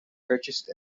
purchased